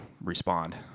respond